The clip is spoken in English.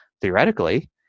theoretically